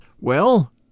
Well